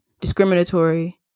discriminatory